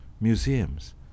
museums